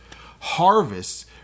Harvests